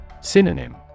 Synonym